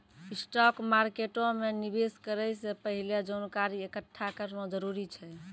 stock मार्केटो मे निवेश करै से पहिले जानकारी एकठ्ठा करना जरूरी छै